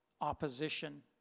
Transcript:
opposition